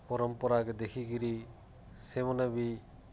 ପରମ୍ପରାକେ ଦେଖିକିରି ସେମାନେ ବି